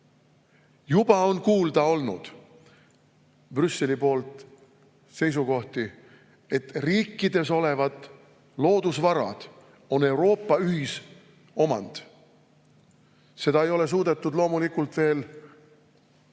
Juba on kuulda olnud Brüsseli poolt seisukohti, et [liikmes]riikides olevad loodusvarad on Euroopa ühisomand. Seda ei ole suudetud loomulikult veel,